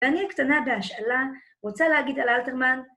‫אני הקטנה בהשאלה, ‫רוצה להגיד על אלתרמן